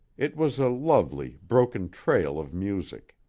it was a lovely, broken trail of music.